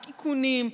רק איכונים,